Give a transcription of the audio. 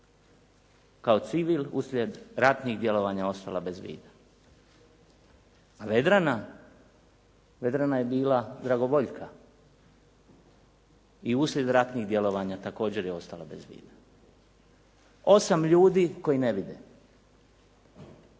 kao civil uslijed ratnih djelovanja ostala bez vida. Vedrana, Vedrana je bila dragovoljka i uslijed ratnih djelovanja također je ostala bez vida. Osam ljudi koji ne vide.